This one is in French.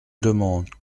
demande